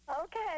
Okay